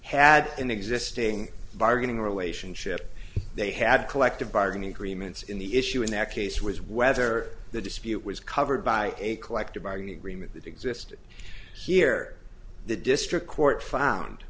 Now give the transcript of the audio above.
had an existing bargaining relationship they had collective bargaining agreements in the issue in that case was whether the dispute was covered by a collective bargaining agreement that existed here the district court found